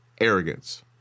arrogance